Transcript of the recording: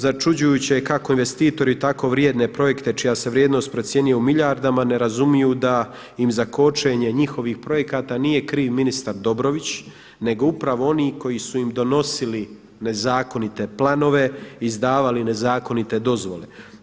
Začuđujuće je kako investitori tako vrijedne projekte čija se vrijednost procjenjuje u milijardama ne razumiju da im za kočenje njihovih projekata nije kriv ministar Dobrović nego upravo oni koji su im donosili nezakonite planove, izdavali nezakonite dozvole.